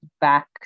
back